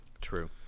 True